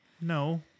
No